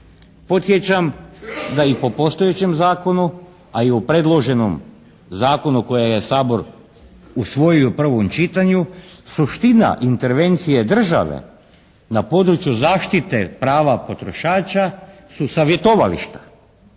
Podsjećam da i po postojećem zakonu a i u predloženom zakonu koje je Sabor usvojio u prvom čitanju suština intervencije države na području zaštite prava potrošača su savjetovališta